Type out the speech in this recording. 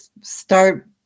start